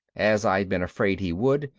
as i'd been afraid he would,